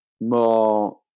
more